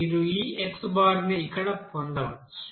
మీరు ఈ xని ఇక్కడ పొందవచ్చు